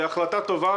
זו החלטה טובה,